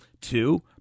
Two